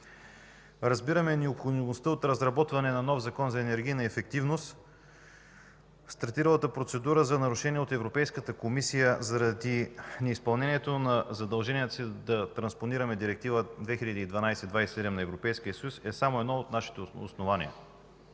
Разбираме необходимостта от разработване на нов Закон за енергийна ефективност. Стартиралата процедура за нарушение от Европейската комисия заради неизпълнението на задълженията си да транспонираме Директива 2012/27 на Европейския съюз е само едно от нашите основания.